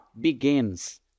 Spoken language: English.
begins